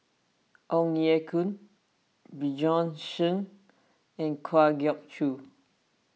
Ong Ye Kung Bjorn Shen and Kwa Geok Choo